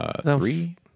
Three